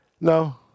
No